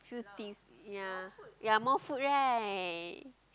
Fruities ya ya more food right